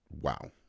wow